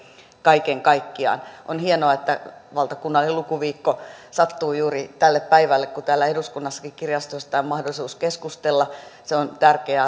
kaiken kaikkiaan on hienoa että valtakunnallinen lukuviikko sattuu juuri tälle päivälle kun täällä eduskunnassakin kirjastoista on mahdollisuus keskustella se on tärkeä